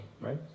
right